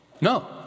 no